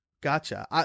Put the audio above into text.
gotcha